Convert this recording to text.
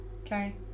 Okay